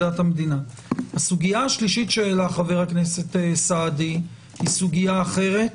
הסוגיה השלישית שהעלה חבר הכנסת סעדי היא אחרת,